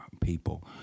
people